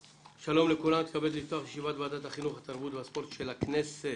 אני מתכבד לפתוח את ישיבת ועדת החינוך התרבות והספורט של הכנסת.